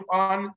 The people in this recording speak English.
on